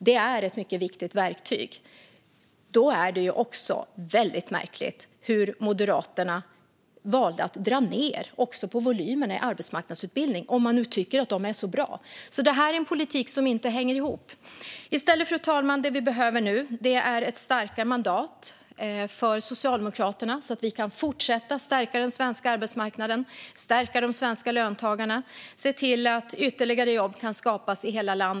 Det är ett mycket viktigt verktyg. Det är då väldigt märkligt hur Moderaterna valde att dra ned också på volymen i arbetsmarknadsutbildningarna, om man nu tycker att de är så bra. Det är en politik som inte hänger ihop. Fru talman! Det vi i stället behöver nu är ett starkare mandat för Socialdemokraterna så att vi kan fortsätta att stärka den svenska arbetsmarknaden, stärka de svenska löntagarna och se till att ytterligare jobb kan skapas i hela landet.